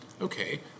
okay